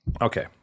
Okay